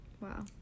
Wow